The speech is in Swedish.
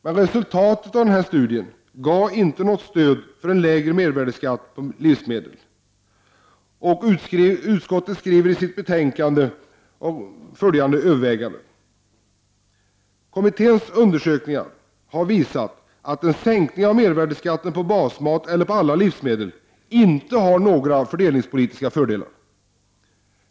Men resultatet av denna studie gav inte något stöd för en lägre mervärdeskatt på livsmedel. Och utskottet skriver följande i sitt betänkande: ”Kommitténs undersökningar har visat att en sänkning av mervärdeskatten på basmat eller på alla livsmedel inte har några fördelningspolitiska fördelar.